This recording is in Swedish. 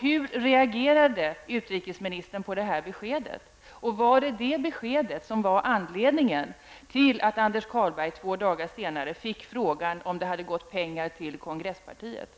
Hur reagerade utrikesministern på det här beskedet, och var det detta besked som var anledningen till att Anders Carlberg två dagar senare fick frågan om det hade gått pengar till kongresspartiet?